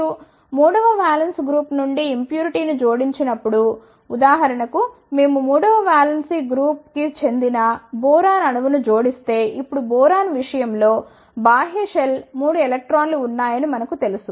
మీరు 3 వ valence group నుండి ఇంప్యూరిటీను జోడించినప్పుడు ఉదాహరణకు మేము 3 వ వాలెన్స్ గ్రూప్ కి చెందిన బోరాన్ అణువును జోడిస్తే ఇప్పుడు బోరాన్ విషయం లో బాహ్య షెల్ 3 ఎలక్ట్రాన్లు ఉన్నాయని మనకు తెలుసు